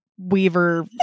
weaver